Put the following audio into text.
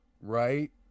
Right